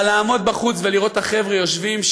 אבל לעמוד בחוץ ולראות את החבר'ה יושבים,